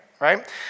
Right